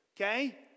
okay